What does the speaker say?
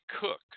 cook